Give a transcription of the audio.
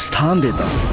handed